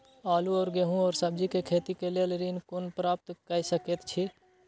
आलू और गेहूं और सब्जी के खेती के लेल ऋण कोना प्राप्त कय सकेत छी?